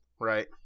Right